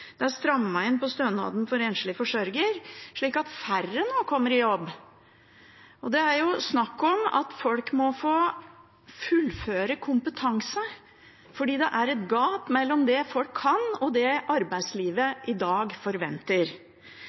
det er strammet inn på stønaden for enslig forsørger, slik at færre nå kommer i jobb. Det er snakk om at folk må få fullføre kompetanse, fordi det er et gap mellom det folk kan, og det arbeidslivet i dag forventer.